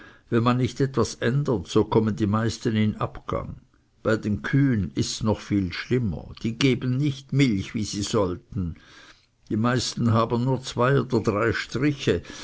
wenn man nicht etwas ändert so kommen die meisten in abgang bei den kühen ists noch viel schlimmer die geben nicht milch wie sie sollten die meisten haben nur zwei oder drei striche